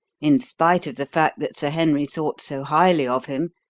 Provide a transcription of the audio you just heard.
in spite of the fact that sir henry thought so highly of him,